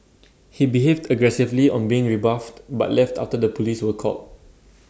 he behaved aggressively on being rebuffed but left after the polices were called